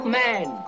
man